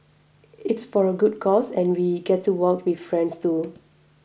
it's for a good cause and we get to walk with friends too